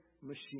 machine